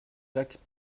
jacques